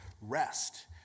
rest